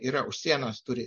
yra už sienos turi